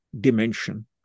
dimension